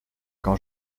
quand